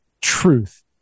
truth